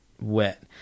wet